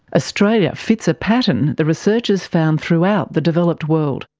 australia fits a pattern the researchers found throughout the developed world.